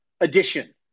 edition